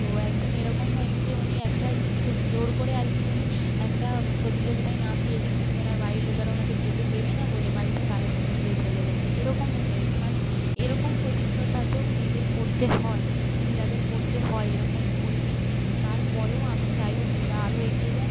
তো এক দিন এরকম হয়েছে যে উনি একটা ইচ্ছে জোর করে আর কি উনি একটা প্রতিযোগিতায় নাম দিয়েছেন কিন্তু ওনার বাড়ির লোকেরা ওনাকে যেতে দেবে না বলে বাড়িতে তালা চাবি দিয়ে চলে গিয়েছে এরকমও হয়েছে মানে এরকম প্রতিকূলতাতেও মেয়েদের পড়তে হয় মহিলাদের পড়তে হয় এরকম পরিস্থিতিতেও তার পরেও আমি চাইব মেয়েরা আরো এগিয়ে যাক